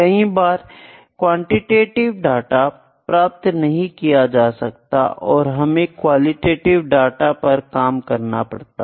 कई बार quantitative data प्राप्त नहीं किया जा सकता और हमें क्वालिटेटिव डाटा पर काम करना पड़ता है